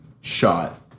shot